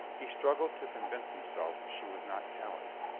he struggled to convince him self she was not callous.